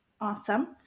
Awesome